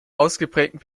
ausgeprägten